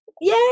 Yay